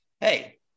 hey